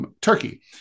Turkey